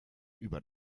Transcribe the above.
über